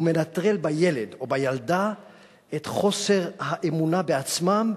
הוא מנטרל בילד או בילדה את האמונה בעצמם,